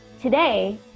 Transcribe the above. Today